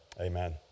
amen